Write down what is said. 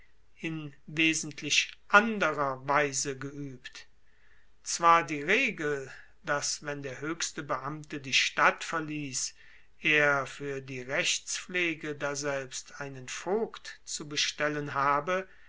in wesentlich anderer weise geuebt zwar die regel dass wenn der hoechste beamte die stadt verliess er fuer die rechtspflege daselbst einen vogt zu bestellen habe